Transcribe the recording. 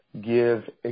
give